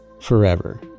forever